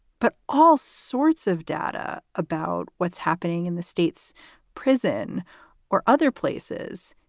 but all sorts of data about what's happening in the state's prison or other places.